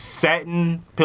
Satin